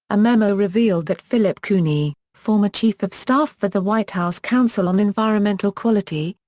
a memo revealed that philip cooney, former chief of staff for the white house council on environmental quality,